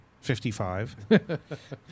Fifty-five